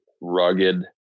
rugged